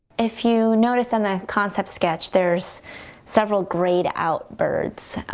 if you notice on the concept sketch there's several greyed out birds.